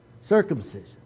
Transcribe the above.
Circumcision